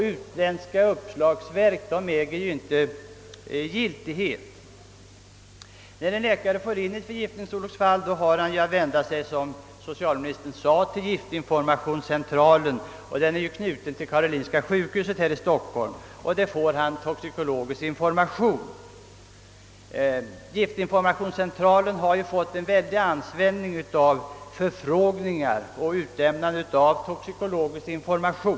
Utländska uppslagsverk äger inte giltighet. När en läkare får in ett förgiftningsolycksfall har han, som socialministern sade, att vända sig till giftinformationscentralen, som är knuten till karolinska sjukhuset, för att få toxikologisk information. Giftinformationscentralen har fått en oerhörd ansvällning av förfrågningar.